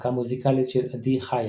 בהפקה מוזיקלית של עדי חייט.